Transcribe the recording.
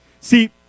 See